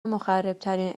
مخربترین